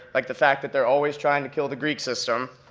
like the fact that they're always trying to kill the greek system,